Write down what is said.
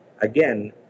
Again